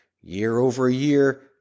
Year-over-year